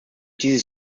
dieses